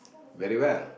very well